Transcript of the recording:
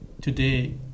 today